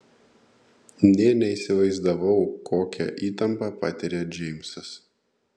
nė neįsivaizdavau kokią įtampą patiria džeimsas